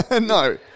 No